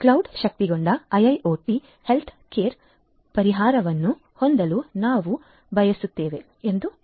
cloud ಶಕ್ತಗೊಂಡ IIoT healthcare care ಪರಿಹಾರವನ್ನು ಹೊಂದಲು ನಾವು ಬಯಸುತ್ತೇವೆ ಎಂದು ಹೇಳೋಣ